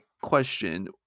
question